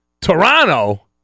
Toronto